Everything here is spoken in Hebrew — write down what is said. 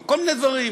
כל מיני דברים,